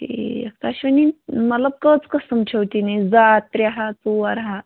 ٹھیٖک تۄہہِ چھو نِنۍ مطلب کٔژ قٕسٕم چھُو تہِ نِنۍ زٕ ہا ترٛےٚ ہا ژور ہا